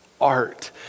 art